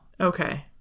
Okay